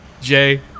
Jay